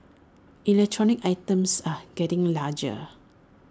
electronic items are getting larger